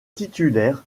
titulaire